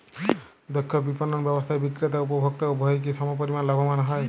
দক্ষ বিপণন ব্যবস্থায় বিক্রেতা ও উপভোক্ত উভয়ই কি সমপরিমাণ লাভবান হয়?